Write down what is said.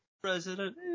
President